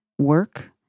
work